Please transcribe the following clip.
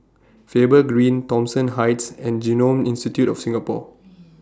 Faber Green Thomson Heights and Genome Institute of Singapore